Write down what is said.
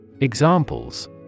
Examples